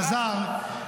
אלעזר,